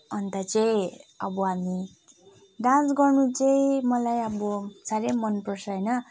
अन्त चाहिँ अब हामी डान्स गर्नु चाहिँ मलाई अब साह्रै मनपर्छ होइन